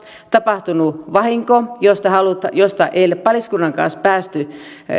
tapahtunut vahinko josta ei ole paliskunnan kanssa päästy